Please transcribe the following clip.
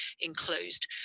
enclosed